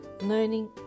learning